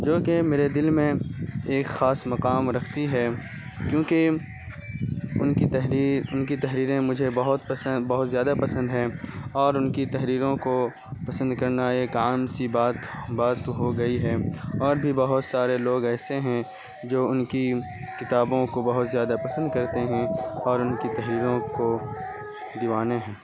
جوکہ میرے دل میں ایک خاص مقام رکھتی ہے کیونکہ ان کی تحریر ان کی تحریریں مجھے بہت پسند بہت زیادہ پسند ہیں اور ان کی تحریروں کو پسند کرنا ایک عام سی بات بات ہو گئی ہے اور بھی بہت سارے لوگ ایسے ہیں جو ان کی کتابوں کو بہت زیادہ پسند کرتے ہیں اور ان کی تحریروں کو دیوانے ہیں